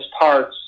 parts